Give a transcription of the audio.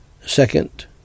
Second